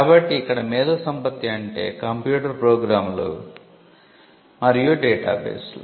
కాబట్టి ఇక్కడ మేధో సంపత్తి అంటే కంప్యూటర్ ప్రోగ్రామ్లు మరియు డేటా బేస్లు